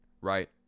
right